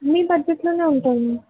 మీ బడ్జెట్లోనే ఉంటుంది